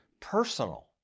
Personal